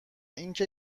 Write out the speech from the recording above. اینکه